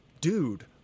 Dude